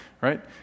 right